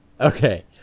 Okay